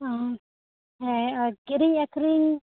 ᱩᱸ ᱦᱮᱸ ᱟᱨ ᱠᱤᱨᱤᱧ ᱟᱹᱠᱷᱨᱤᱧ